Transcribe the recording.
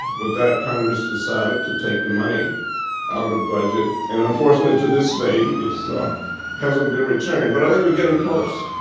with that congress decided to take the money out of the budget and unfortunately to this day it so ah hasn't been returned but i think we're getting close.